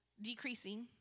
decreasing